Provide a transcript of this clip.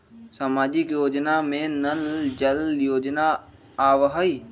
सामाजिक योजना में नल जल योजना आवहई?